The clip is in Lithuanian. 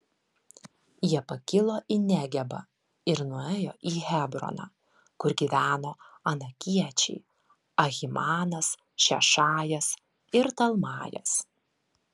jie pakilo į negebą ir nuėjo į hebroną kur gyveno anakiečiai ahimanas šešajas ir talmajas